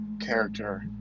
character